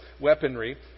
weaponry